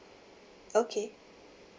okay